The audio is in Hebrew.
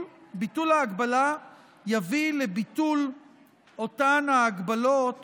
יביא לביטול אותן ההגבלות